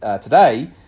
today